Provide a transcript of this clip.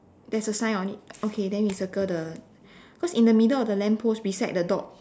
there's a sign on it okay then we circle the because in the middle of the lamp post beside the dog